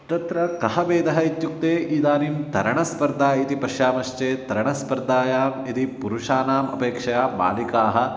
तत्र कः भेदः इत्युक्ते इदानीं तरणस्पर्धा इति पश्यामश्चेत् तरणस्पर्धायां यदि पुरुषाणाम् अपेक्षया बालिकाः